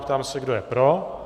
Ptám se, kdo je pro.